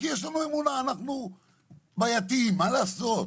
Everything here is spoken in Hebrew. כי יש לנו אמונה, אנחנו בעייתיים, מה לעשות?